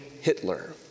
Hitler